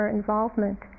involvement